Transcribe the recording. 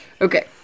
Okay